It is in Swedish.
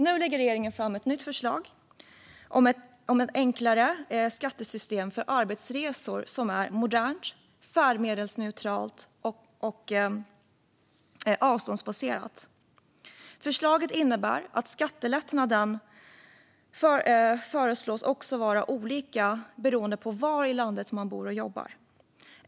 Nu lägger regeringen fram ett förslag om ett enklare skattesystem för arbetsresor, som är modernt färdmedelsneutralt och avståndsbaserat. Förslaget innebär att skattelättnaden föreslås vara olika beroende på var i landet man bor och jobbar.